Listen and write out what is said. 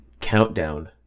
Countdown